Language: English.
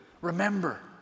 remember